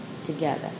together